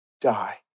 die